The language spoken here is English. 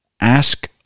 ask